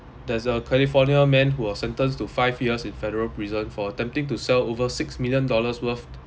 there's a california man who was sentenced to five years in federal prison for attempting to sell over six million dollars worth